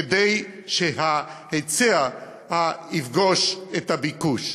כדי שההיצע יפגוש את הביקוש.